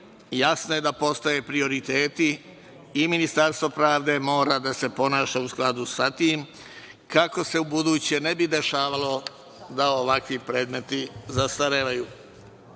jasno je da postoje prioriteti i Ministarstvo pravde mora da se ponaša u skladu sa tim kako se u buduće ne bi dešavalo da ovakvi predmeti zastarevaju.